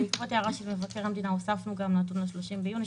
בעקבות הערה של מבקר המדינה הוספנו גם נתון ל-30 ביוני,